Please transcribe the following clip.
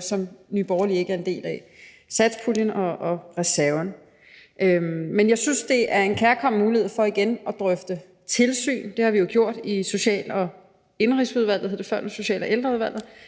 som Nye Borgerlige ikke er en del af – satspuljen og reserven. Men jeg synes, det er en kærkommen mulighed for igen at drøfte tilsyn; det har vi jo gjort i Social- og Indenrigsudvalget